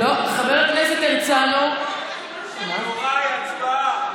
חבר הכנסת הרצנו, אני מרשה לעצמי.